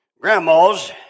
grandmas